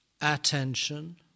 attention